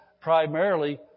primarily